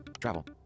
Travel